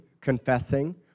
confessing